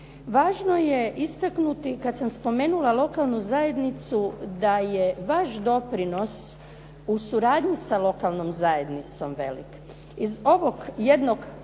Važno je istaknuti kada sam spomenula lokalnu zajednicu da je vaš doprinos u suradnji sa lokalnom zajednicom velik.